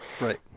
Right